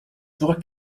wirkt